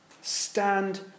Stand